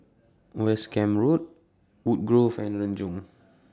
West Camp Road Woodgrove and Renjong